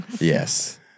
Yes